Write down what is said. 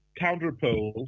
counterpoles